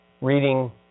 reading